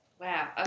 wow